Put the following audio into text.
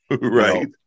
right